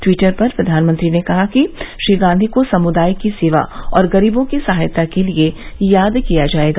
Twitter पर प्रधानमंत्री ने कहा कि श्री गांधी को समुदाय की सेवा और गरीबों की सहायता के लिए याद किया जायेगा